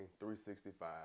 365